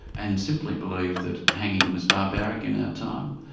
and simply believed that hanging was barbaric in our time.